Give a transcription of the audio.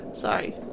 sorry